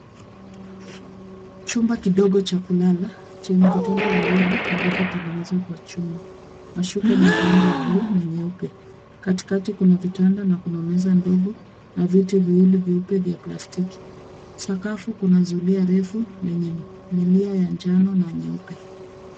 Chumba kidogo cha kulala chenye vitanda viwili vilivyo tengenezwa kwa chuma mashuka ni ya rangi ya bluu na nyeupe katikati kuna vitanda na kuna meza ndogo na viti viwili vyeupe vya plastiki sakafu kuna zulia refu lenye milia ya njano na nyeupe.